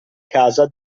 casa